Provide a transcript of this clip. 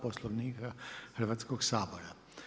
Poslovnika Hrvatskog sabora.